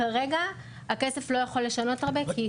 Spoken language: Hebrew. כרגע הכסף לא יכול לשנות הרבה.